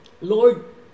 Lord